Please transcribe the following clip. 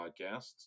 Podcasts